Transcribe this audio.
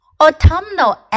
Autumnal